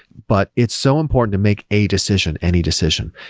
but it's so important to make a decision any decision,